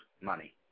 money